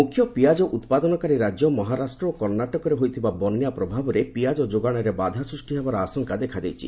ମୁଖ୍ୟ ପିଆଜ ଉତ୍ପାଦନକାରୀ ରାଜ୍ୟ ମହାରାଷ୍ଟ୍ର ଓ କର୍ଷ୍ଣାଟକରେ ହୋଇଥିବା ବନ୍ୟା ପ୍ରଭାବରେ ପିଆଜ ଯୋଗାଶରେ ବାଧା ସୃଷ୍ଟି ହେବାର ଆଶଙ୍କା ଦେଖାଦେଇଛି